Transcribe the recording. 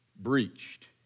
breached